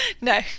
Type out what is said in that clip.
No